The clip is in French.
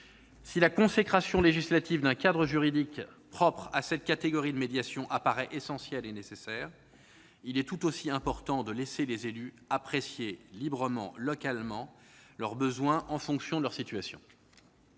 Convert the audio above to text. si la consécration législative d'un cadre juridique propre à cette catégorie de médiation apparaît essentielle et nécessaire, il est tout aussi important de laisser les élus apprécier localement et librement leurs besoins, en fonction de leur situation.